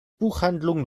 buchhandlung